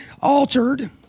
altered